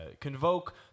Convoke